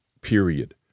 period